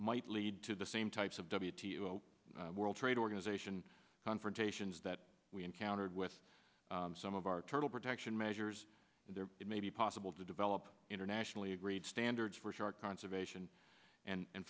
might lead to the same types of w t f world trade organization confrontations that we encountered with some of our total protection measures there it may be possible to develop internationally agreed standards for shark conservation and